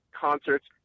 concerts